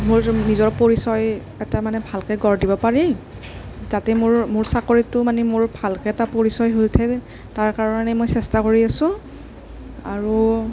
মোৰ নিজৰ পৰিচয় এটা মানে ভালকৈ গঢ় দিব পাৰি যাতে মোৰ মোৰ চাকৰিটো মানে মোৰ ভালকৈ এটা পৰিচয় হৈ উঠে তাৰ কাৰণে মই চেষ্টা কৰি আছোঁ আৰু